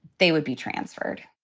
they would be transferred